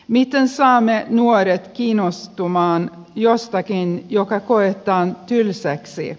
miten saamme nuoret kiinnostumaan jostakin joka koetaan tylsäksi